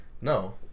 no